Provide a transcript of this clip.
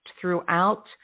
throughout